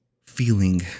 feeling